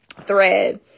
thread